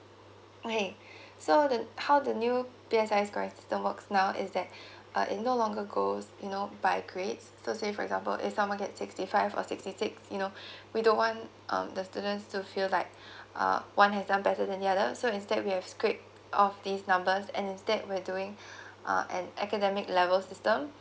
okay so the how the new P_S_L_E score system works now is that uh it no longer goes you know by grades so say for example if someone gets sixty five or sixty six you know we don't want um the students to feel like uh one has done better than the other so instead we have scraped off these numbers and instead we're doing uh an academic level system